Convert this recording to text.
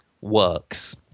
works